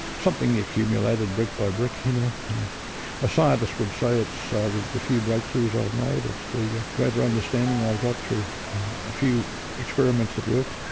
something you've accumulated brick by brick. and a scientist would say, it's ah the the few breakthroughs i've made, it's the greater understanding i've got through a few experiments that worked'.